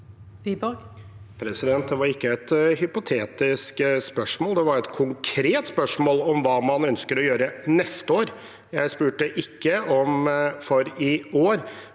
Det var ikke et hy- potetisk spørsmål, det var et konkret spørsmål om hva man ønsker å gjøre neste år. Jeg spurte ikke om i år,